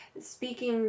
speaking